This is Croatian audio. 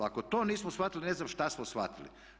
Ako to nismo shvatili ne znam šta smo shvatili.